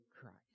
Christ